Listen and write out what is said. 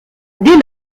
des